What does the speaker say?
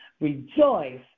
Rejoice